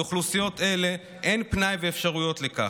לאוכלוסיות אלה אין פנאי ואפשרויות לכך,